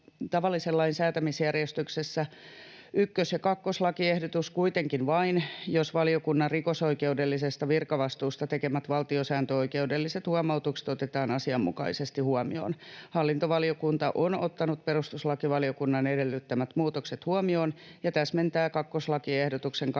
tavallisen lain säätämisjärjestyksessä, ykkös- ja kakkoslakiehdotus kuitenkin vain, jos valiokunnan rikosoikeudellisesta virkavastuusta tekemät valtiosääntöoikeudelliset huomautukset otetaan asianmukaisesti huomioon. Hallintovaliokunta on ottanut perustuslakivaliokunnan edellyttämät muutokset huomioon ja täsmentää kakkoslakiehdotuksen 22 a